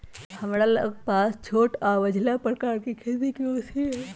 हमरा लग पास छोट आऽ मझिला प्रकार के खेती के मशीन हई